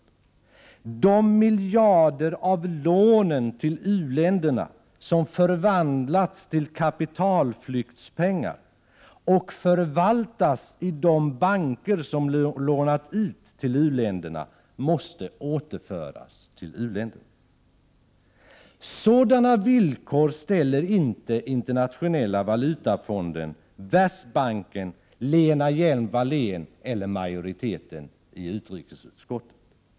De miljarder av lånen till u-länderna som har förvandlats till kapitalflyktspengar och förvaltas i de banker som lånat ut måste återföras till u-länderna. Sådana villkor ställer inte IMF, Världsbanken, Lena Hjelm-Wallén eller majoriteten i utrikesutskottet.